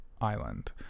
island